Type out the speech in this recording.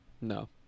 no